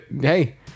hey